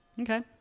Okay